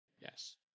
yes